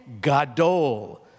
Gadol